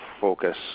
focus